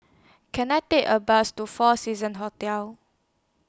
Can I Take A Bus to four Seasons Hotel